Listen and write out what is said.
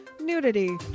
nudity